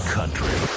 Country